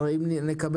אני מניח